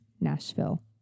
Nashville